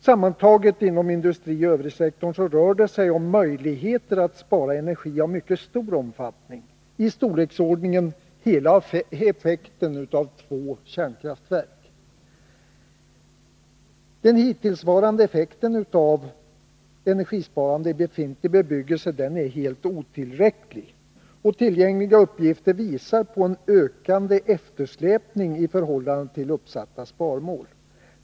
Sammantaget inom industri och övrigsektor rör det sig om möjligheter att spara energi av mycket stor omfattning — i storleksordningen hela effekten av två kärnkraftverk. Den hittillsvarande effekten av energisparande i befintlig bebyggelse är helt otillräcklig. Tillgängliga uppgifter visar på en ökande eftersläpning i förhållande till det uppsatta sparmålet.